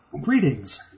greetings